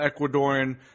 Ecuadorian